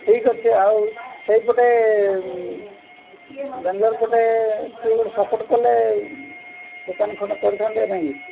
ଠିକ୍ ଅଛି ଆଉ ସେଇପଟେ ବେଙ୍ଗାଲୋର ପଟେ କି ଗୋଟେ ସପୋର୍ଟ କଲେ ଦୋକାନ ଖଣ୍ଡେ କରିଥାନ୍ତେ ନାଇଁକି